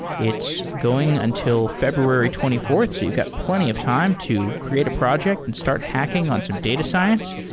it's going until february twenty fourth. so you got plenty of time to create a project and start hacking on some data science,